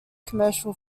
commercial